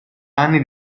anni